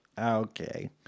Okay